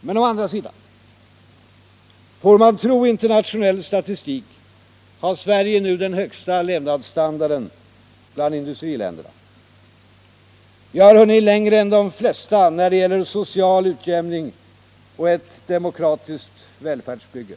Men å andra sidan: Får man tro internationell statistik har Sverige nu den högsta levnadsstandarden bland industriländerna. Vi har hunnit längre än de flesta när det gäller social utjämning och ett demokratiskt välfärdsbygge.